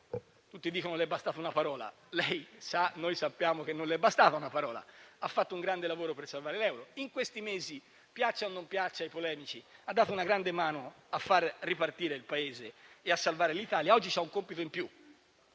tutti dicono che le è bastata una parola, ma lei sa e noi sappiamo che non le è bastata una parola. Ha fatto un grande lavoro per salvare l'euro. In questi mesi, piaccia o non piaccia ai polemici, ha dato una grande mano a far ripartire il Paese e a salvare l'Italia. Oggi lei ha un compito in più,